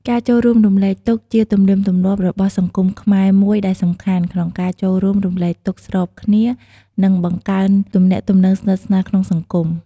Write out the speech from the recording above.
ការចូលរួមរំលែកទុក្ខជាទំនៀមទម្លាប់របស់សង្គមខ្មែរមួយដែលសំខាន់ ក្នុងការចូលរួមរំលែកទុក្ខស្របគ្នា និងបង្កើនទំនាក់ទំនងស្និទ្ធស្នាលក្នុងសង្គម។